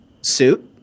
suit